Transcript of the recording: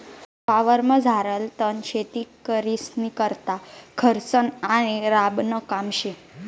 वावरमझारलं तण शेतकरीस्नीकरता खर्चनं आणि राबानं काम शे